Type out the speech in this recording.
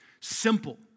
Simple